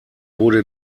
wurde